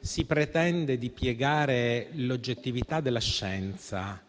si pretende di piegare l'oggettività della scienza